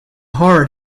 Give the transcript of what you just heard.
hard